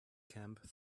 camp